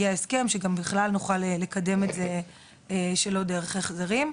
להסכם שגם בכלל נוכל לקדם את זה שלא דרך החזרים.